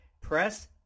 Press